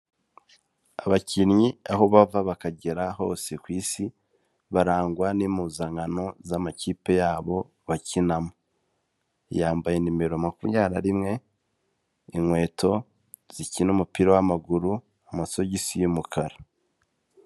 Abakinnyi aho bava bakagera hose ku isi, barangwa n'impuzankano z'amakipe yabo bakinamo, yambaye nimero makumyabiri na rimwe, inkweto zikina umupira w'amaguru, amasogisi y'umukara.